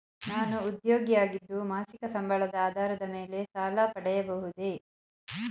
ನಾನು ಉದ್ಯೋಗಿ ಆಗಿದ್ದು ಮಾಸಿಕ ಸಂಬಳದ ಆಧಾರದ ಮೇಲೆ ಸಾಲ ಪಡೆಯಬಹುದೇ?